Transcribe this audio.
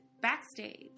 Backstage